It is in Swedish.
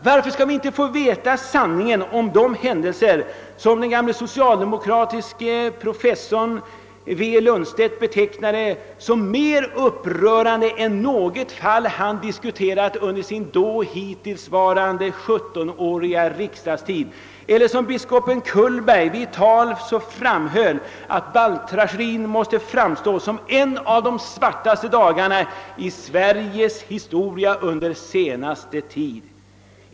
Varför skall vi inte få veta sanningen om de händelser som den socialdemokratiske juridikprofessorn V. Lundstedt betecknade såsom mer upprörande än något annat ärende som han hade diskuterat under sin dittillsvarande sjuttonåriga riksdagstid? Biskopen J. Cullberg framhöll också i ett tal, att balttragedin måste framstå såsom en av de svartaste företeelserna i Sveriges historia under senaste tid.